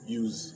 use